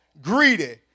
greedy